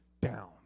Down